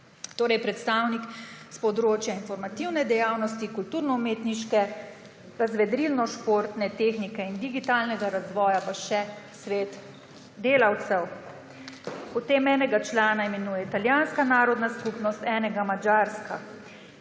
torej predstavnik s področja informativne dejavnosti, kulturno-umetniške, razvedrilno-športne, tehnike in digitalnega razvoja pa še svet delavcev. Potem enega člana imenuje italijanska narodna skupnost, enega madžarska.